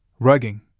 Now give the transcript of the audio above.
rugging